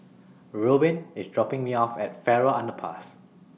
Reubin IS dropping Me off At Farrer Underpass